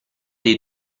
dei